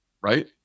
right